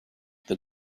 the